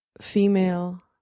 female